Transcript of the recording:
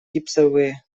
гипсовые